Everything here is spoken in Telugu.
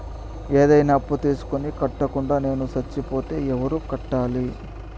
ఏదైనా అప్పు తీసుకొని కట్టకుండా నేను సచ్చిపోతే ఎవరు కట్టాలి?